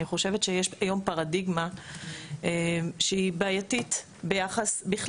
אני חושבת שיש היום פרדיגמה בעייתית בכלל